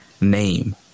name